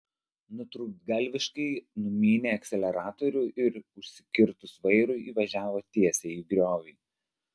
nutrūktgalviškai numynė akceleratorių ir užsikirtus vairui įvažiavo tiesiai į griovį